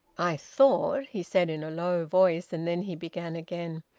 i thought, he said in a low voice, and then he began again,